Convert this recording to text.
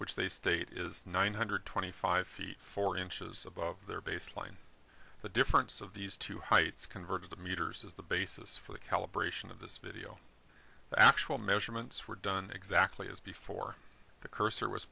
which they state is nine hundred twenty five feet four inches above their baseline the difference of these two heights converge of the meters is the basis for the calibration of this video the actual measurements were done exactly as before the cursor was